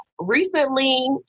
Recently